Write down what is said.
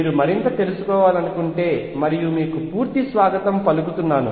మీరు మరింత తెలుసుకోవాలనుకుంటే మరియు మీకు పూర్తి స్వాగతం పలుకుతున్నాను